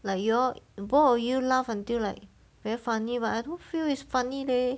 like you all both of you laugh until like very funny but I don't feel it's funny leh